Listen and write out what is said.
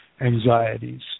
anxieties